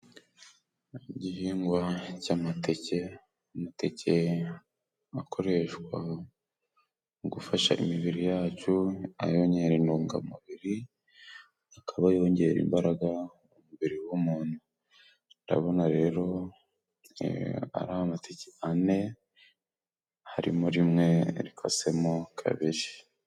Igihingwa cy'amateke, amateke akoreshwa mu gufasha imibiri yacu ayongerera intungamubiri. Akaba yongera imbaraga mu mubiri w'umuntu, ndabona rero ari amateke ane harimo rimwe rikasemo kabiri.